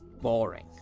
boring